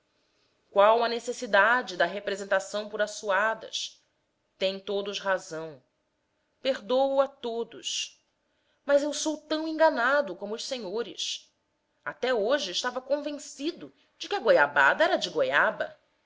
qual a necessidade da representação por assuadas têm todos razão per dôo a todos mas eu sou tão enganado como os senhores até hoje estava convencido de que a goiabada era de goiaba